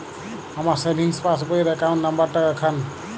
আমার সেভিংস পাসবই র অ্যাকাউন্ট নাম্বার টা দেখান?